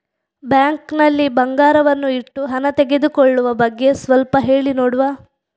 Bank ನಲ್ಲಿ ಬಂಗಾರವನ್ನು ಇಟ್ಟು ಹಣ ತೆಗೆದುಕೊಳ್ಳುವ ಬಗ್ಗೆ ಸ್ವಲ್ಪ ಹೇಳಿ ನೋಡುವ?